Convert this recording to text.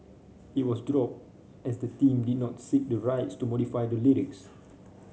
it was dropped as the team did not seek the rights to modify the lyrics